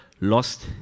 lost